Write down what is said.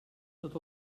tot